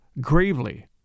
gravely